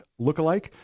lookalike